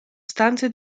stanze